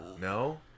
No